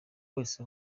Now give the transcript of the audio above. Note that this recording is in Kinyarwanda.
wese